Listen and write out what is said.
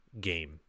game